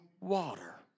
water